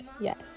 yes